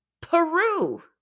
Peru